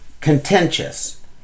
contentious